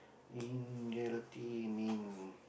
in charity means